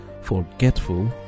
forgetful